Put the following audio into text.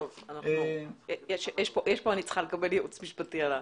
לגבי זה אני צריכה לקבל ייעוץ משפטי.